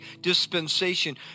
dispensation